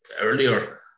earlier